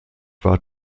war